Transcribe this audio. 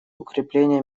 укрепления